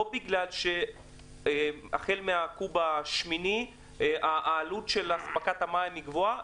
זה לא בגלל שהחל מהקו"ב השמיני העלות של אספקת המים גבוהה.